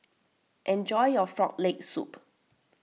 enjoy your Frog Leg Soup